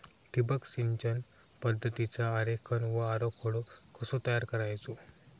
ठिबक सिंचन पद्धतीचा आरेखन व आराखडो कसो तयार करायचो?